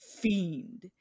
fiend